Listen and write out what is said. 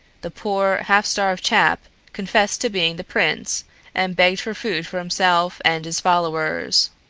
the poor, half-starved chap confessed to being the prince and begged for food for himself and his followers.